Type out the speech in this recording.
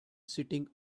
sitting